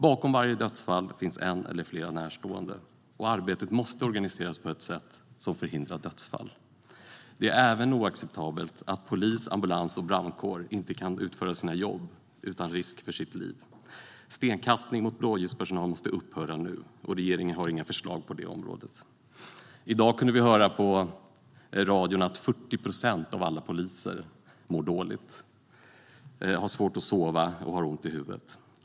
Bakom varje dödsfall finns en eller flera närstående. Arbetet måste organiseras på ett sätt som förhindrar dödsfall. Det är även oacceptabelt att polis, ambulans och brandkår inte kan utföra sina jobb utan risk för sina liv. Stenkastning mot blåljuspersonal måste upphöra nu, och regeringen har inga förslag på området. I dag kunde vi höra på radion att 40 procent av alla poliser mår dåligt. De har svårt att sova, och de har ont i huvudet.